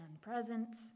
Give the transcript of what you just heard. presents